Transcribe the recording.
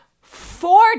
four